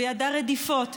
וידע רדיפות,